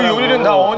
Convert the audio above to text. didn't know